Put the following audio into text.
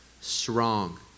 strong